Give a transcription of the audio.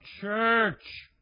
church